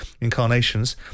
incarnations